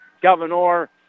Governor